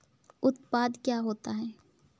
उत्पाद क्या होता है?